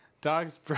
dogs